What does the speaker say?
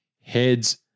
heads